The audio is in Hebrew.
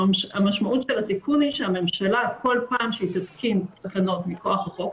המשמעות של התיקון היא שכל פעם שהממשלה תתקין תקנות מכוח החוק,